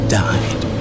died